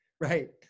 Right